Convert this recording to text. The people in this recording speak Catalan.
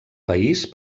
país